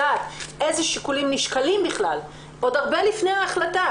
מבקשים לדעת איזה שיקולים נשקלים בכלל עוד הרבה לפני ההחלטה.